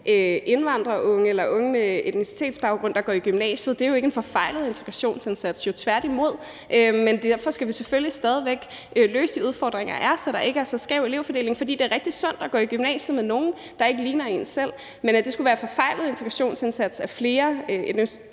indvandrerunge – eller unge med etnicitetsbaggrund – der går i gymnasiet, er jo ikke en forfejlet integrationsindsats, tværtimod. Men derfor skal vi selvfølgelig stadig væk løse de udfordringer, der er, så der ikke er så skæv en elevfordeling, for det er rigtig sundt at gå i gymnasiet med nogle, der ikke ligner en selv. Men at det skulle være en forfejlet integrationsindsats, at flere minoritetsetniske